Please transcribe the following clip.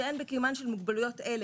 ש"אין בקיומן של מוגבלויות אלה",